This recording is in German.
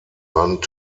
land